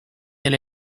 elle